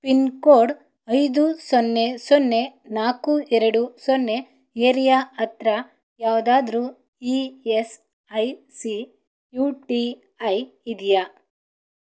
pin code ಐದು ಸೊನ್ನೆ ಸೊನ್ನೆ ನಾಲ್ಕು ಎರಡು ಸೊನ್ನೆ ಏರಿಯಾ ಹತ್ರ ಯಾವುದಾದ್ರೂ E S I C U T I ಇದೆಯಾ